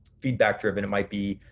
feedback driven, it might be